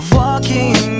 walking